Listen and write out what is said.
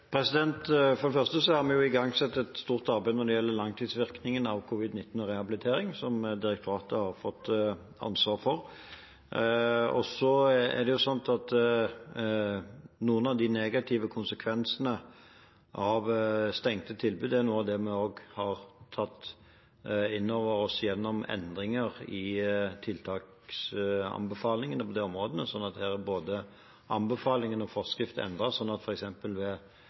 For det første har vi igangsatt et stort arbeid når det gjelder langtidsvirkningen av covid-19 og rehabilitering, som direktoratet har fått ansvaret for. Så er det sånn at noen av de negative konsekvensene av stengte tilbud er noe av det vi har tatt inn over oss gjennom endringer i tiltaksanbefalingene på de områdene. Så her er både anbefalingen og forskrift endret, sånn at